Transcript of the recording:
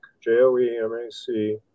J-O-E-M-A-C